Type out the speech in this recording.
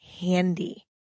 handy